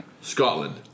Scotland